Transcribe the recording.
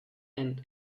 and